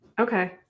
Okay